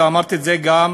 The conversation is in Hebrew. ואמרתי את זה גם